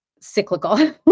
cyclical